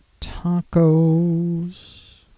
tacos